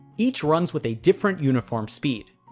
each runs with a different uniform speed.